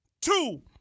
two